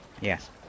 Yes